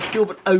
Gilbert